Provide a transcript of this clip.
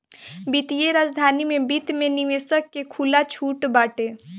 वित्तीय राजधानी में वित्त में निवेशक के खुला छुट बाटे